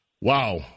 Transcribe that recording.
Wow